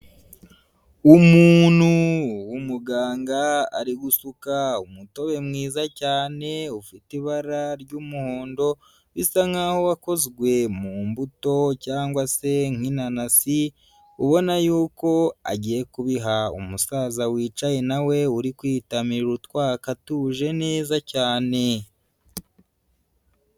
Umuntu w'umuganga ari gusuka umutobe mwiza cyane ufite ibara ry'umuhondo bisa nkaho wakozwe mu mbuto cyangwa se nk'inanasi, ubona yuko agiye kubiha umusaza wicaye na we uri kwitamirira utwaka atuje neza cyane.